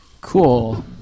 Cool